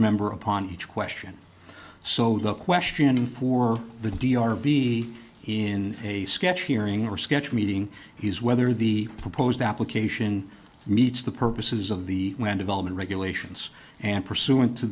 member upon each question so the questioning for the d r v in a sketch hearing or sketch meeting is whether the proposed application meets the purposes of the when development regulations and pursu